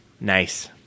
Nice